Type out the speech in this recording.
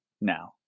now